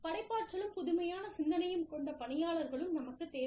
படைப்பாற்றலும் புதுமையான சிந்தனையும் கொண்ட பணியாளர்களும் நமக்குத் தேவை